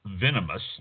venomous